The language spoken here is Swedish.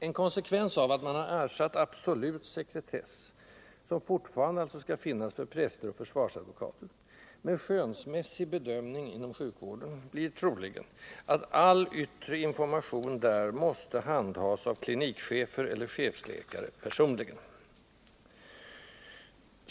En konsekvens av att man ersatt absolut sekretess — som fortfarande skall finnas för präster och försvarsadvokater — med skönsmässig bedömning inom sjukvården blir troligen, att all yttre information där måste handhas av klinikchefer eller chefsläkare personligen.